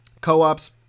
Co-ops